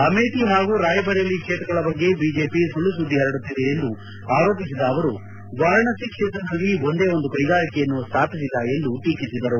ಅಮೇಥಿ ಹಾಗೂ ಕಾಯಬರೇಲಿ ಕ್ಷೇತ್ರಗಳ ಬಗ್ಗೆ ಬಿಜೆಪಿ ಸುಳ್ಳು ಸುದ್ದಿ ಹರಡುತ್ತಿದೆ ಎಂದು ಆರೋಪಿಸಿದ ಅವರು ವಾರಾಣಸಿ ಕ್ಷೇತ್ರದಲ್ಲಿ ಒಂದೇ ಒಂದು ಕೈಗಾರಿಕೆಯನ್ನು ಸ್ವಾಪಿಸಿಲ್ಲ ಎಂದು ಟೀಕಿಸಿದರು